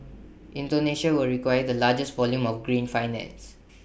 Indonesia will require the largest volume of green finance